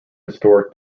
historic